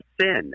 sin